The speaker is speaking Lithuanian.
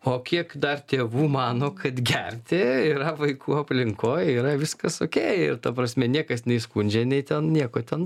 o kiek dar tėvų mano kad gerti yra vaikų aplinkoj yra viskas okei ir ta prasme niekas neįskundžia nei ten nieko ten